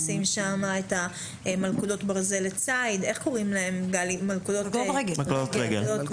נשים שם מלכודות ברזל לציד, מלכודות רגל.